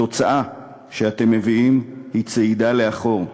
התוצאה שאתם מביאים היא צעידה לאחור,